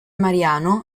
mariano